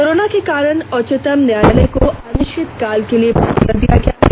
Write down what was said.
corona के कारण उच्चतम न्यायालय को अनिश्चितकाल के लिए बंद कर दिया गया है